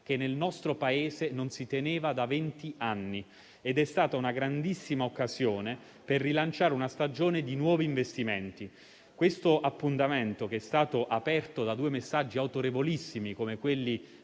che nel nostro Paese non si teneva da vent'anni ed è stata una grandissima occasione per rilanciare una stagione di nuovi investimenti. Questo appuntamento, aperto da due messaggi autorevolissimi come quelli